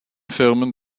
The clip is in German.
firmen